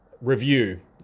review